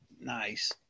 Nice